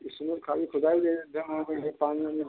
इस समय खाली खुदाई ड्रम उम अइहे पानी ऊनी